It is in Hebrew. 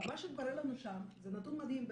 מה שהתברר לנו שם זה נתון מדהים באמת.